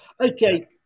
Okay